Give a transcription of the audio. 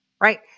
Right